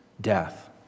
death